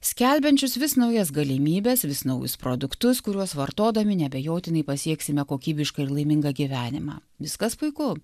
skelbiančius vis naujas galimybes vis naujus produktus kuriuos vartodami neabejotinai pasieksime kokybišką ir laimingą gyvenimą viskas puiku